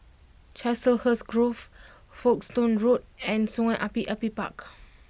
Chiselhurst Grove Folkestone Road and Sungei Api Api Park